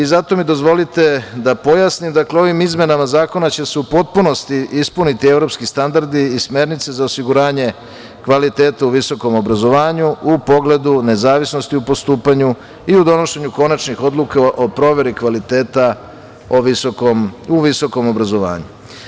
Zato mi dozvolite da pojasnim, ovim izmenama zakona će se u potpunosti ispuniti evropski standardi i smernice za osiguranje kvaliteta u visokom obrazovanju u pogledu nezavisnosti u postupanju i u donošenju konačnih odluka o proveri kvaliteta u visokom obrazovanju.